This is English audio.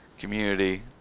community